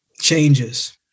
changes